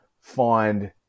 find